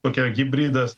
tokia hibridas